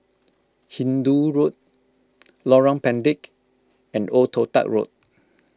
Hindoo Road Lorong Pendek and Old Toh Tuck Road